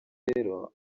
rero